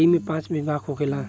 ऐइमे पाँच विभाग होखेला